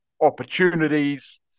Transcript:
opportunities